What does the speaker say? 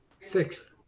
Six